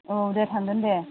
औ दे थांगोन दे